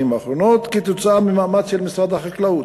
האחרונות כתוצאה ממאמץ של משרד החקלאות.